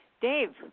Dave